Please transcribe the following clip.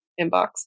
inbox